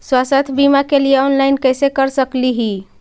स्वास्थ्य बीमा के लिए ऑनलाइन कैसे कर सकली ही?